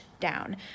down